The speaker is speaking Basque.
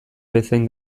bezain